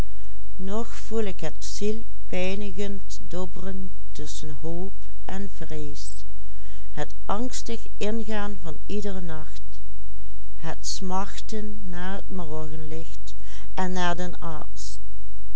en vrees het angstig ingaan van iederen nacht het smachten naar het morgenlicht en naar den arts